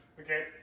Okay